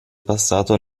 passato